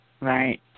Right